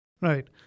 Right